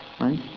right